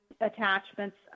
attachments